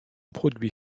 produit